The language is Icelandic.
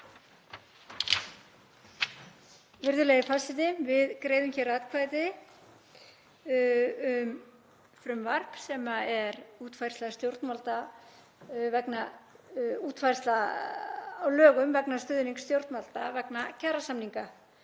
Virðulegi forseti. Við greiðum hér atkvæði um frumvarp sem er útfærsla á lögum vegna stuðnings stjórnvalda vegna kjarasamninga.